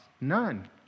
None